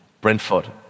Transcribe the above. Brentford